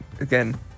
again